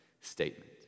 statement